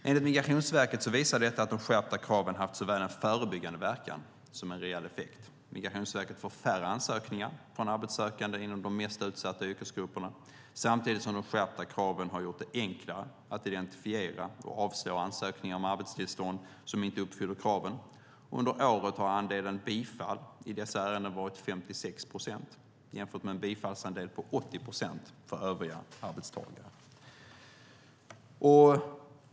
Enligt Migrationsverket visar detta att de skärpta kraven haft såväl en förebyggande verkan som en reell effekt. Migrationsverket får färre ansökningar från arbetssökande inom de mest utsatta yrkesgrupperna, samtidigt som de skärpta kraven har gjort det enklare att identifiera och avslå ansökningar om arbetstillstånd som inte uppfyller kraven. Under året har andelen bifall i dessa ärenden varit 56 procent jämfört med en bifallsandel på 80 procent för övriga arbetstagare.